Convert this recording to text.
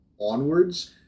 onwards